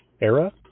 Era